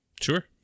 sure